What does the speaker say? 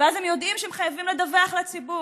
ואז הם יודעים שהם חייבים לדווח לציבור.